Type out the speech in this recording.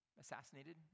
assassinated